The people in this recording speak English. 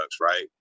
Right